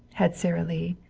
had sara lee,